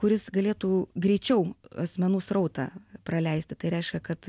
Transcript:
kuris galėtų greičiau asmenų srautą praleisti tai reiškia kad